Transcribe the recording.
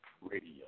radio